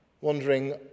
wondering